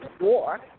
war